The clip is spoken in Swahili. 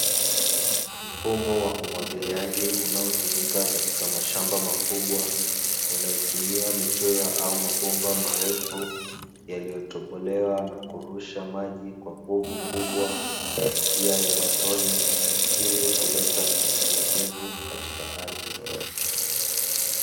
Mfumo wa umwagiliaji unaotumika katika mashamba makubwa, uotumia mipira au mabomba marefu yaliyotobolewa na kurusha maji kwa nguvu kubwa kwa njia ya matone, ili kuleta unyevunyevu katika ardhi.